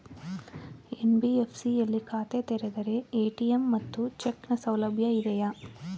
NBFC ಯಲ್ಲಿ ಖಾತೆ ತೆರೆದರೆ ಎ.ಟಿ.ಎಂ ಮತ್ತು ಚೆಕ್ ನ ಸೌಲಭ್ಯ ಇದೆಯಾ?